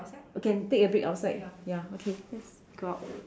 we can take a break outside ya okay let's go out